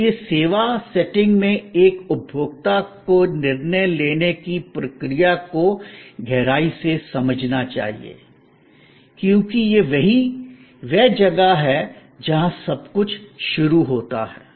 इसलिए सेवा सेटिंग में एक उपभोक्ता के निर्णय लेने की प्रक्रिया को गहराई से समझना चाहिए क्योंकि यही वह जगह है जहां सब कुछ शुरू होता है